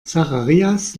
zacharias